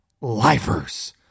lifers